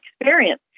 experience